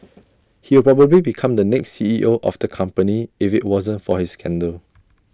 he will probably become the next C E O of the company if IT wasn't for his scandal